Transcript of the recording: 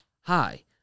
Hi